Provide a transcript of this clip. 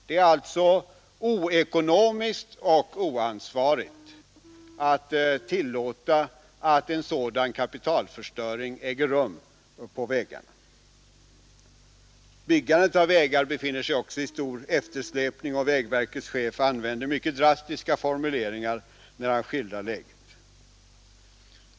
Det är alltså oekonomiskt och oansvarigt att tillåta att en sådan kapitalförstöring äger rum på vägarna. Byggandet av vägar befinner sig också i stor eftersläpning, och vägverkets chef använder mycket drastiska formuleringar när han skildrar läget.